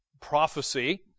prophecy